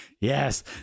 Yes